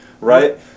Right